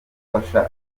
gufasha